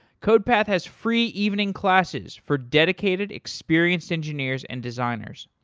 codepath has free evening classes for dedicated experienced engineers and designers.